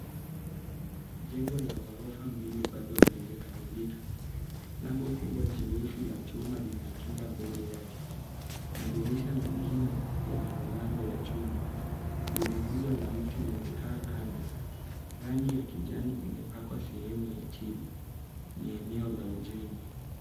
Jengo la ghorofa mbili bado halijakamilika. Lango kubwa jeusi la chuma linakinga mbele yake. Madirisha mengine yana milango ya chuma. Gogo kubwa la mti limekaa kando. Rangi ya kijani imepakwa sehemu ya chini. Ni eneo la ujenzi.